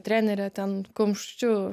trenerė ten kumščiu